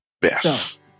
best